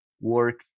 work